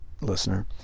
listener